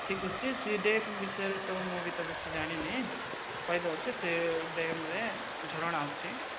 ଠିକ ଅଛି ସେଇ ଡେମ୍ ବିଷୟରେ ତ ମୁଁ ବି ତ ବେଶୀ ଜାଣିନି କହି ଦେଉଛି ସେ ଡେମ୍ରେ ଝରଣା ଅଛି